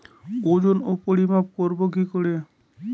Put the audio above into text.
ওজন ও পরিমাপ করব কি করে?